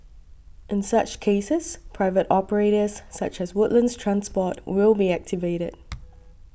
in such cases private operators such as Woodlands Transport will be activated